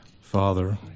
Father